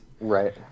Right